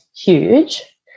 huge